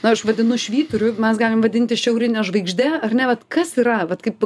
na aš vadinu švyturiu mes galim vadinti šiaurine žvaigžde ar ne bet kas yra vat kaip